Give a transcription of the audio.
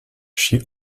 she